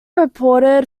reported